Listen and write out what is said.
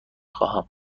خواهم